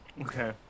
Okay